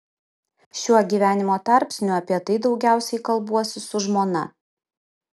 šiuo gyvenimo tarpsniu apie tai daugiausiai kalbuosi su žmona